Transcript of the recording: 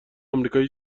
امریکای